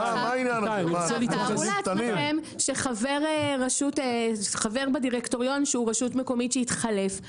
תארו לעצמכם שחבר בדירקטוריון שהוא רשות מקומית שהתחלף,